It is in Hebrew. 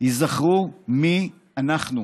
היזכרו מי אנחנו,